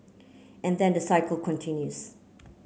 and then the cycle continues